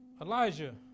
Elijah